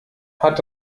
hat